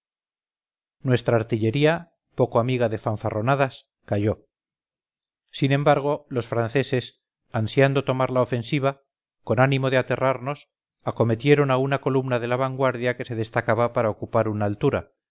nuestra artillería poco amiga de fanfarronadas calló sinembargo los franceses ansiando tomar la ofensiva con ánimo de aterrarnos acometieron a una columna de la vanguardia que se destacaba para ocupar una altura